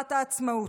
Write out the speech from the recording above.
במגילת העצמאות: